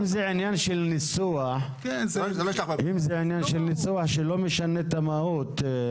אם זה עניין של ניסוח שלא משנה את המהות,